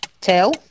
Tell